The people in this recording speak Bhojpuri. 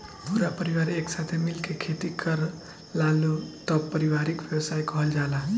पूरा परिवार एक साथे मिल के खेती करेलालो तब पारिवारिक व्यवसाय कहल जाला